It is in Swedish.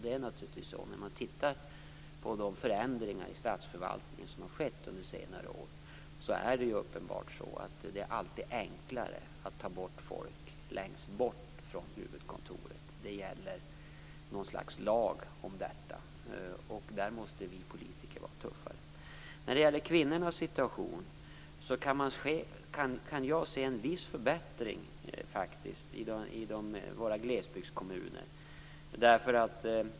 De förändringar som skett i statsförvaltningen under senare år har inneburit att man tagit bort folk längst bort från huvudkontoret - det är alltid enklare. Det gäller något slags lag om detta. Där måste vi politiker vara tuffare. När det gäller kvinnornas situation kan jag se en viss förbättring i våra glesbygdskommuner.